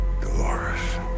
Dolores